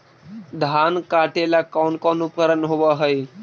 धान काटेला कौन कौन उपकरण होव हइ?